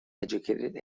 educated